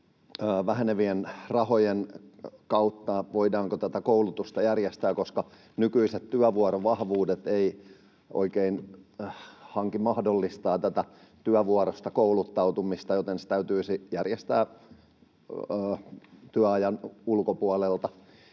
vähenevien rahojen kautta tätä koulutusta järjestää? Nykyiset työvuorovahvuudet eivät oikein mahdollista tätä työvuorossa kouluttautumista, joten se täytyisi järjestää työajan ulkopuolelta.